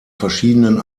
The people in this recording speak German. verschiedenen